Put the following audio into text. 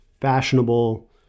fashionable